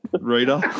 reader